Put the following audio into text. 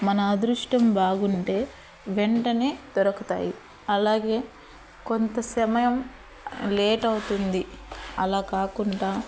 మన అదృష్టం బాగుంటే వెంటనే దొరకతాయి అలాగే కొంత సెమయం లేట్ అవుతుంది అలా కాకుండా